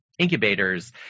incubators